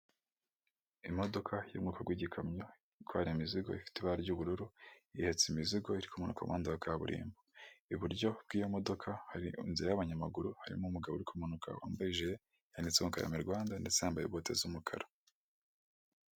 Imodoka y'umuka rw'ikamyo itwara imizigo ifite ibara ry'ubururu ihetse imizigo iri ikomanuka muhanda nda wa kaburimbo. Iburyo bw'iyo modoka hari inzira y'abanyamaguru harimo umugabo uri kumanuka wambaye ijere yanditseho karame Rwanda ndetse yambaye inkwete z'umukara.